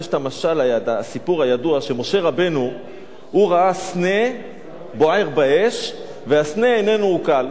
יש הסיפור הידוע שמשה רבנו ראה סנה בוער באש והסנה איננו אוכל.